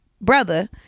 brother